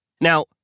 Now